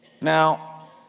Now